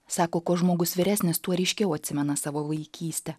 sako kuo žmogus vyresnis tuo ryškiau atsimena savo vaikystę